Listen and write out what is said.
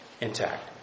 intact